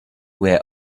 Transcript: where